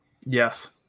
Yes